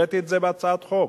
והבאתי את זה בהצעת חוק.